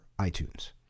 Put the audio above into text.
iTunes